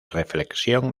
reflexión